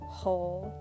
whole